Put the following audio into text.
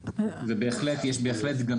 כן, ואני אסביר לך למה: מצד אחד,